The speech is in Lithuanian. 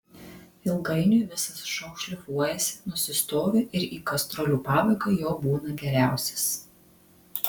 ilgainiui visas šou šlifuojasi nusistovi ir į gastrolių pabaigą jau būna geriausias